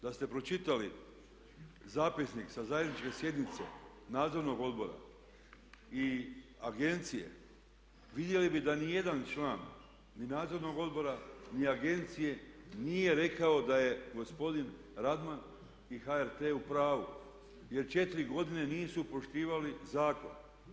Da ste pročitali zapisnik sa zajedničke sjednice nadzornog odbora i agencije vidjeli bi da nijedan član ni nadzornog odbora ni agencije nije rekao da je gospodin Radman i HRT u pravu jer 4 godine nisu poštivali zakon.